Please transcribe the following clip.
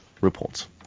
reports